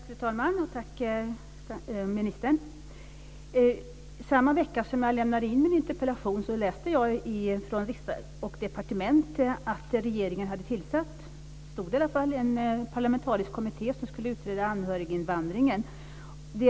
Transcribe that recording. Fru talman! Tack, ministern. Samma vecka som jag lämnade in min interpellation läste jag i Från Riksdag & Departement att regeringen hade tillsatt en parlamentarisk kommitté som skulle utreda anhöriginvandringen.